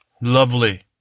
lovely